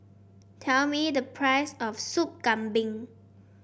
tell me the price of Sop Kambing